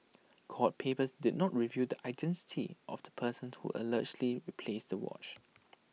court papers did not reveal the identity of the person who allegedly replaced the watch